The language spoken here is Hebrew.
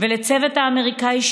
והצוות האמריקאי,